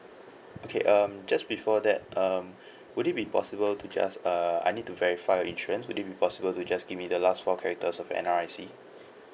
okay um just before that um would it be possible to just uh I need to verify your insurance would it be possible to just give me the last four characters of your N_R_I_C